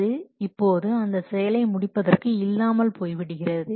அது இப்போது அந்த செயலை முடிப்பதற்கு இல்லாமல் போய்விடுகிறது